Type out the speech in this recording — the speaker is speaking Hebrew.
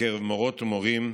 בקרב מורות ומורים,